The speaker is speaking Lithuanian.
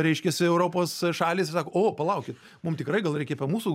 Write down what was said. reiškiasi europos šalys ir sako o palaukit mum tikrai gal reikia mūsų